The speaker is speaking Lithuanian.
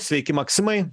sveiki maksimai